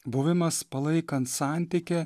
buvimas palaikant santykį